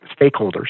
stakeholders